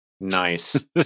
Nice